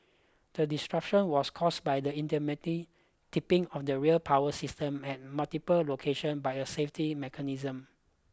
the disruption was caused by the intermittent tripping of the rail power system at multiple location by a safety mechanism